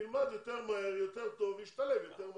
ילמד יותר מהר ויותר טוב וישתלב יותר מהר.